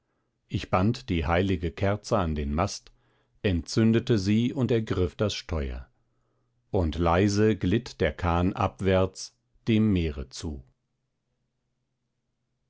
ich band die heilige kerze an den mast entzündete sie und ergriff das steuer und leise glitt der kahn abwärts dem meere zu